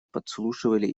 подслушивали